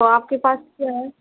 तो आपके पास क्या है